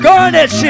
Garnet